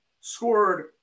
scored